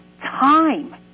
time